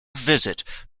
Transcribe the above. visit